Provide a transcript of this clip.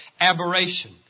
aberration